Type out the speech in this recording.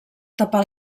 tapar